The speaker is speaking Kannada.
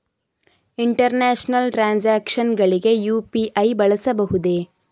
ಇಂಟರ್ನ್ಯಾಷನಲ್ ಟ್ರಾನ್ಸಾಕ್ಷನ್ಸ್ ಗಳಿಗೆ ಯು.ಪಿ.ಐ ಬಳಸಬಹುದೇ?